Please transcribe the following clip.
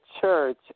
church